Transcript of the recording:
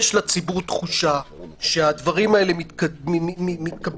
יש לציבור תחושה שהדברים האלה מתקבלים